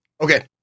Okay